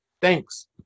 thanks